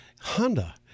Honda